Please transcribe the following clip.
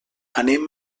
anem